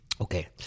Okay